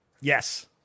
Yes